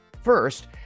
First